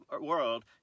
world